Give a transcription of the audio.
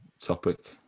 topic